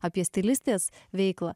apie stilistės veiklą